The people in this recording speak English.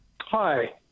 Hi